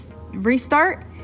restart